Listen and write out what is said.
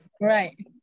Right